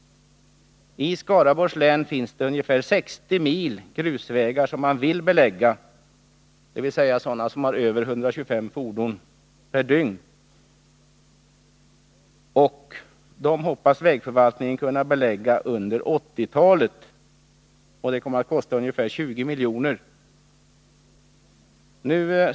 I Skaraborgs län finns ungefär 60 mil grusvägar som man vill belägga, dvs. sådana som har över 125 fordon per dygn. Dem hoppas vägförvaltningen kunna belägga under 1980-talet. Det kommer att kosta ungefär 20 milj.kr.